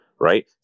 right